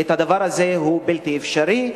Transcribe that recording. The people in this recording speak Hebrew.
הדבר הזה הוא בלתי אפשרי.